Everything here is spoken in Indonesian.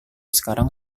sekarang